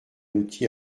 outil